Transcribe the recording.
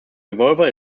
revolver